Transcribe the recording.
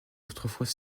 autrefois